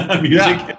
music